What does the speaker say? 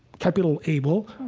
capital able,